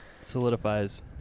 solidifies